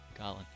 Colin